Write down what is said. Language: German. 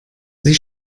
sie